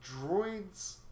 droids